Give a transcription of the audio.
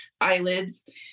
eyelids